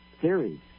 theories